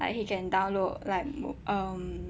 like he can download like um